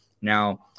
Now